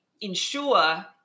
ensure